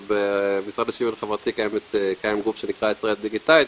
אז במשרד לשוויון חברתי קיים גוף שנקרא ישראל דיגיטלית.